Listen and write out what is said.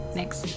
Next